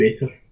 better